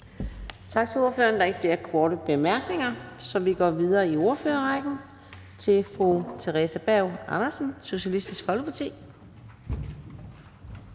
Tak til ordføreren. Der er ikke nogen korte bemærkninger, så vi går videre i ordførerrækken til hr. Kim Edberg Andersen, Nye Borgerlige.